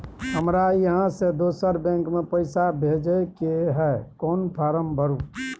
हमरा इहाँ से दोसर बैंक में पैसा भेजय के है, कोन फारम भरू?